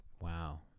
Wow